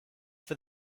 for